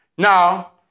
Now